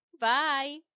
Bye